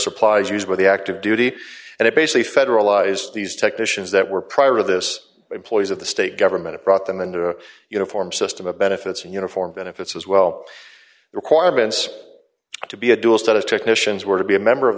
supplies used by the active duty and it basically federalized these technicians that were prior to this employees of the state government brought them into uniform system of benefits and uniform benefits as well requirements to be a dual status technicians were to be a member of